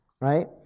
right